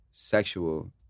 sexual